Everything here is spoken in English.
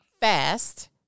fast